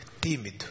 Tímido